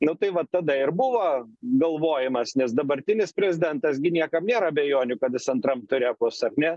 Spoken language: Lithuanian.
nu tai va tada ir buvo galvojimas nes dabartinis prezidentas gi niekam nėr abejonių kad jis antram ture bus ar ne